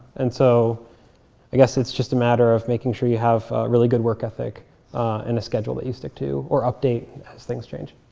and so i guess it's just a matter of making sure you have really good work ethic and a schedule that you stick to or update as things change.